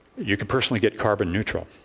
you can personally get carbon neutral.